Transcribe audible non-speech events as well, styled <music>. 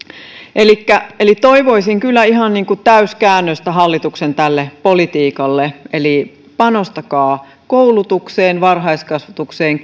toivoisin kyllä ihan täyskäännöstä hallituksen tälle politiikalle eli panostakaa koulutukseen varhaiskasvatukseen <unintelligible>